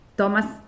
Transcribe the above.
Thomas